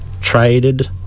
traded